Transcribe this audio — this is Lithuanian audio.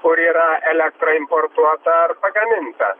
kur yra elektra importuota ar pagaminta